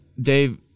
Dave –